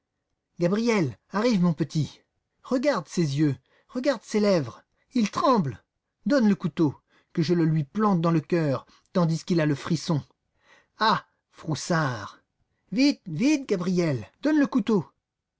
gabriel arrive mon petit regarde ses yeux regarde ses lèvres il tremble donne le couteau que je le lui plante dans le cœur tandis qu'il a le frisson ah froussard vite vite gabriel donne le couteau